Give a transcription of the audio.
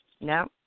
No